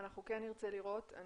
נרצה לראות.